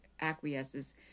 acquiesces